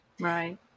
Right